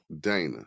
Dana